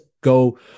go